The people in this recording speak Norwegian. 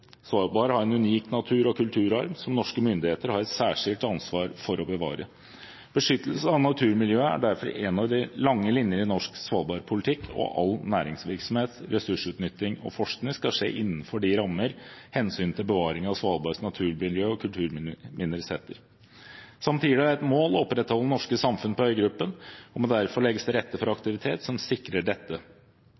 Svalbard har en unik natur- og kulturarv som norske myndigheter har et særskilt ansvar for å bevare. Beskyttelse av naturmiljøet er derfor en av de lange linjer i norsk svalbardpolitikk, og all næringsvirksomhet, ressursutnytting og forskning skal skje innenfor de rammer hensynet til bevaring av Svalbards naturmiljø og kulturminner setter. Samtidig er det et mål å opprettholde norske samfunn på øygruppen, og det må derfor legges til rette for aktivitet som sikrer dette.